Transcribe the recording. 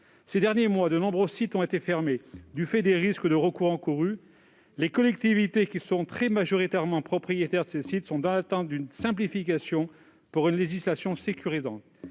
des derniers mois, de nombreux sites ont donc été fermés, du fait des risques de recours. Les collectivités, qui sont très majoritairement propriétaires de ces sites, sont dans l'attente d'une simplification et d'une législation plus sécurisante